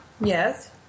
Yes